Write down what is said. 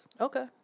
Okay